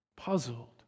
puzzled